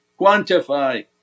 Quantify